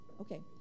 Okay